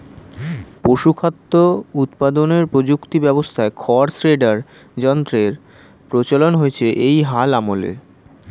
পশুখাদ্য উৎপাদনের প্রযুক্তি ব্যবস্থায় খড় শ্রেডার যন্ত্রের প্রচলন হয়েছে এই হাল আমলে